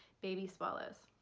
baby swallows.